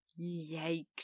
Yikes